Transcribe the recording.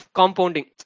compounding